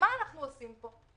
מה אנחנו עושים פה?